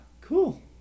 cool